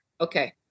Okay